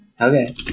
Okay